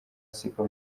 siko